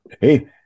Hey